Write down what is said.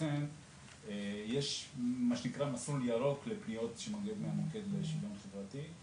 לכן יש מסלול ירוק לפניות שמגיעות מהמוקד לשוויון חברתי.